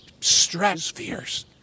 stratospheres